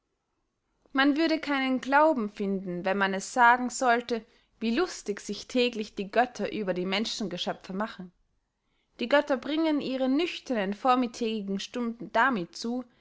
man würde keinen glauben finden wenn man es sagen sollte wie lustig sich täglich die götter über die menschengeschöpfe machen die götter bringen ihre nüchteren vormittägigen stunden damit zu